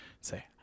Say